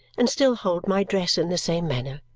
and still hold my dress in the same manner.